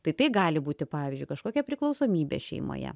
tai tai gali būti pavyzdžiui kažkokia priklausomybė šeimoje